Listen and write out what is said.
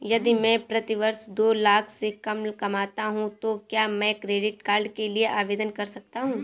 यदि मैं प्रति वर्ष दो लाख से कम कमाता हूँ तो क्या मैं क्रेडिट कार्ड के लिए आवेदन कर सकता हूँ?